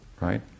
Right